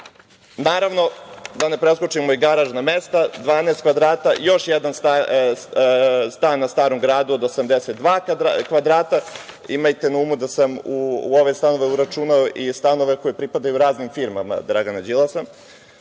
Naravno, da ne preskočimo i garažna mesta – 12 kvadrata. Još jedan stan na Starom gradu od 82 kvadrata. Imajte na umu da sam u ove stanove uračunao i stanove koji pripadaju raznim firmama Dragana